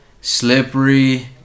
Slippery